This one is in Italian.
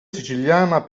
siciliana